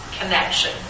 connection